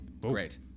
Great